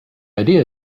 idea